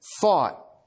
thought